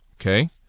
Okay